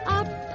up